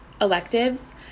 electives